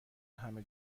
همه